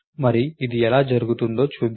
మరి ఇది ఎలా జరుగుతుందో చూద్దాం